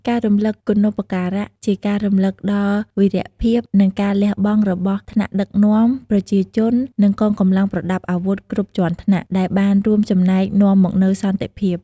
ការរំលឹកគុណូបការ ជាការរំលឹកដល់វីរភាព និងការលះបង់របស់ថ្នាក់ដឹកនាំ ប្រជាជន និងកងកម្លាំងប្រដាប់អាវុធគ្រប់ជាន់ថ្នាក់ ដែលបានរួមចំណែកនាំមកនូវសន្តិភាព។